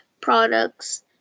products